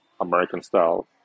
American-style